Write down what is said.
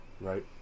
Right